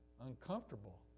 uncomfortable